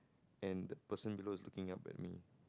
and the person below is looking up at me